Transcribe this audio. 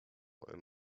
and